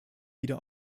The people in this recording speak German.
wieder